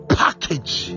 package